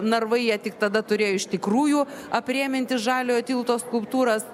narvai jie tik tada turėjo iš tikrųjų aprėminti žaliojo tilto skulptūras